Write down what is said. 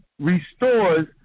restores